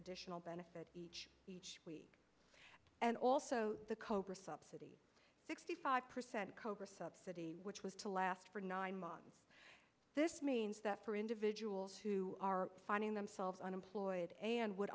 additional benefit each week and also the cobra subsidy sixty five percent cobra subsidy which was to last for nine months this means that for individuals who are finding themselves unemployed and would